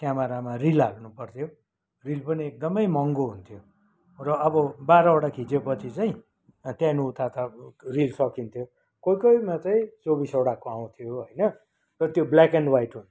क्यामरामा reel हाल्नुपर्थ्यो reel पनि एकदमै महँगो हुन्थ्यो र अब बाह्रवटा खिचेपछि चाहिँ त्यहाँदेखि उता त अब रिल सकिन्थ्यो कोही कोहीमा चाहिँ चौबिसवटाको आउँथ्यो होइन र त्यो ब्ल्याक एन्ड ह्वाइट हुन्थ्यो